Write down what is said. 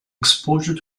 exposure